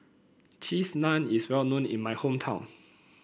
Cheese Naan is well known in my hometown